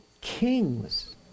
kings